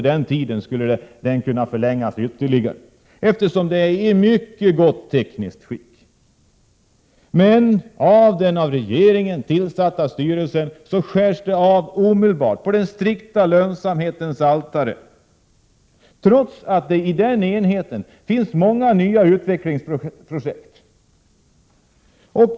Den tiden skulle kanske dessutom kunna förlängas ytterligare, eftersom verket är i mycket gott tekniskt skick. Men den av regeringen tillsatta styrelsen gör omedelbart nedskärningar, offer på den strikta lönsamhetens altare, trots att det i den enheten finns många nya utvecklingsprojekt.